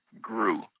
grew